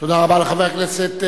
תודה רבה לחבר הכנסת כץ.